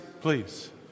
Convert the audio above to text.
please